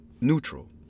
neutral